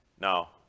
Now